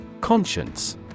Conscience